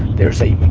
there's a